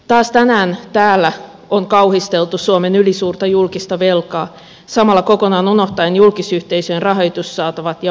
taas tänään täällä on kauhisteltu suomen ylisuurta julkista velkaa samalla kokonaan unohtaen julkisyhteisöjen rahoitussaatavat ja varallisuus